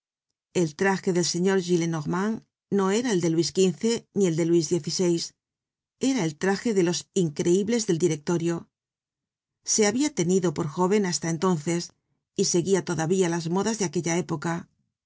el traje del señor gillenormand no era el de luis xv ni el de luis xvi era el traje de los increibles del directorio se habia tenido por jóven hasta entonces y seguia todavía las modas de aquella época